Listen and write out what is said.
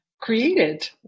created